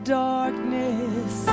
darkness